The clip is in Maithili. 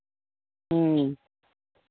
ह्म्म